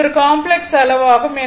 இது ஒரு காம்ப்ளக்ஸ் அளவு ஆகும்